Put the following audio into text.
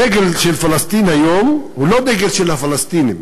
הדגל של פלסטין היום הוא לא דגל של הפלסטינים,